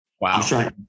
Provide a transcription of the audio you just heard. Wow